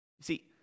see